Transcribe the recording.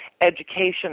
education